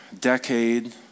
decade